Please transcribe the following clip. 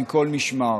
מכל משמר.